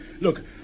Look